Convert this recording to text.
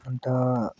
अन्त